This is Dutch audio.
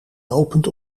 lopend